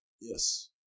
Yes